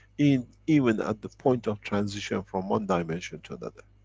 in even at the point of transition from one dimension to another.